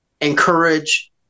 encourage